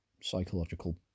psychological